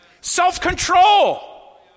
self-control